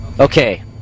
Okay